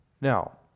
Now